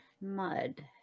mud